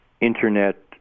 Internet